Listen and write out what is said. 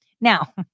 Now